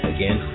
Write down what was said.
Again